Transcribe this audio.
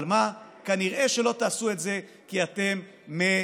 אבל מה, כנראה שלא תעשו את זה, כי אתם מ-פ-ח-דים.